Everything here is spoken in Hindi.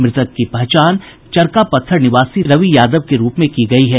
मृतक की पहचान चरका पत्थर निवासी रवि यादव के रूप में की गयी है